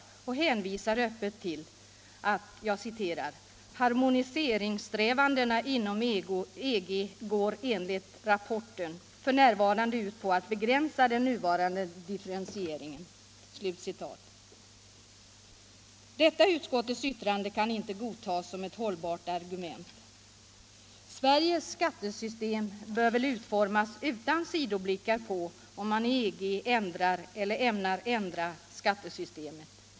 Utskottet hänvisar öppet till detta och det heter i betänkandet: ”Harmoniseringssträvandena inom EG går enligt rapporten f. n. ut på att begränsa de nuvarande differentieringarna.” Detta kan inte godtas som ett hållbart argument. Sveriges skattesystem bör väl utformas utan sidoblickar på om man i EG ändrar eller ämnar ändra skattesystemet.